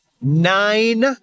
Nine